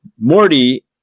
morty